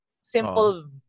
simple